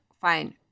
fine